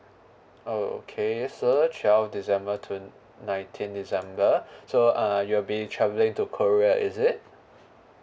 oh okay sir twelve december twen~ nineteen december so uh you will be traveling to korea is it